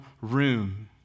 room